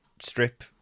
Strip